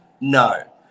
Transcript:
No